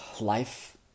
life